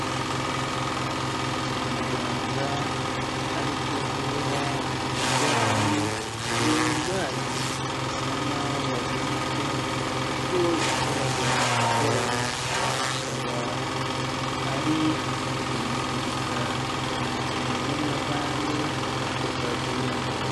Umuganga ari kuvura umurwayi, uyu murwayi bisa nk'aho yavunitse ubwo yakoraga siporo akaba ari kumuzirika ikintu kimeze nka bande ku kaguru.